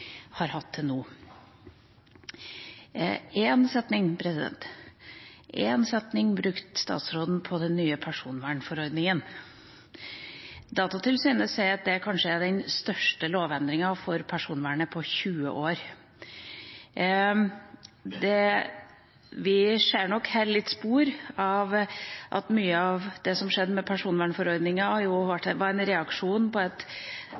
har hatt til nå. Én setning brukte statsråden på den nye personvernforordningen. Datatilsynet sier at det kanskje er den største lovendringen for personvernet på 20 år. Vi ser nok her spor av at mye av det som skjedde med personvernforordningen, var en reaksjon på et